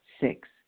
Six